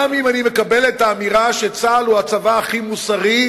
גם אם אני מקבל את האמירה שצה"ל הוא הצבא הכי מוסרי,